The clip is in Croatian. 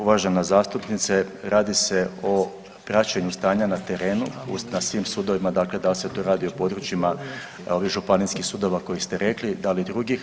Uvažena zastupnice radi se o praćenju stanja na terenu na svim sudovima, dakle da li se tu radi o područjima županijskih sudova kojih ste rekli, da li drugih.